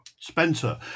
Spencer